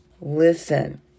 listen